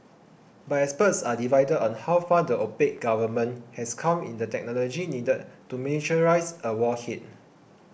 but experts are divided on how far the opaque government has come in the technology needed to miniaturise a warhead